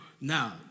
now